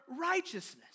righteousness